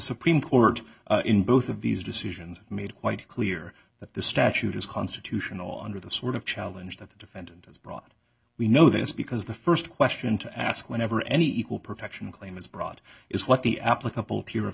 supreme court in both of these decisions made quite clear that the statute is constitutional under the sort of challenge that the defendant has brought we know this because the st question to ask whenever any equal protection claim is brought is what the applicable to